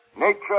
Nature